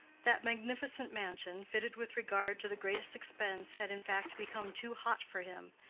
that magnificent mansion, fitted with regard to the greatest expense, had in fact became too hot for him,